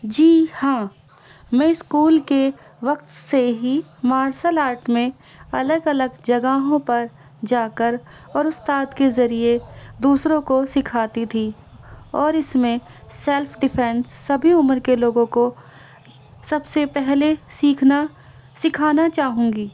جی ہاں میں اسکول کے وقت سے ہی مارشل آرٹ میں الگ الگ جگہوں پر جا کر اور استاد کے ذریعے دوسروں کو سکھاتی تھی اور اس میں سیلف ڈیفینس سبھی عمر کے لوگوں کو سب سے پہلے سیکھنا سکھانا چاہوں گی